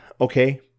okay